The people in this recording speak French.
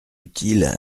utile